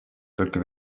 только